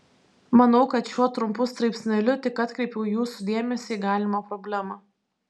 manau kad šiuo trumpu straipsneliu tik atkreipiau jūsų dėmesį į galimą problemą